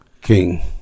king